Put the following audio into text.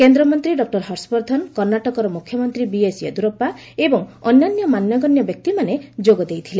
କେନ୍ଦ୍ରମନ୍ତ୍ରୀ ଡକ୍ଟର ହର୍ଷବର୍ଦ୍ଧନ କର୍ଣ୍ଣାଟକ ମୁଖ୍ୟମନ୍ତ୍ରୀ ବିଏସ୍ ୟେଦ୍ରରପ୍ତା ଏବଂ ଅନ୍ୟାନ୍ୟ ମାନ୍ୟଗଣ୍ୟ ବ୍ୟକ୍ତିମାନେ ଏଥିରେ ଯୋଗଦେଇଥିଲେ